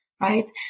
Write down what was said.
right